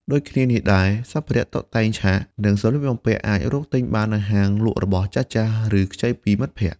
ដូចគ្នានេះដែរ សម្ភារតុបតែងឆាក និងសម្លៀកបំពាក់អាចរកទិញបាននៅហាងលក់របស់ចាស់ៗ ឬខ្ចីពីមិត្តភក្តិ។